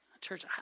Church